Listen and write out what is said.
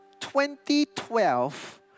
2012